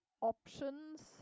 options